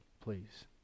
please